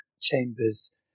chambers